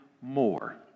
more